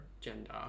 gender